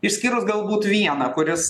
išskyrus galbūt vieną kuris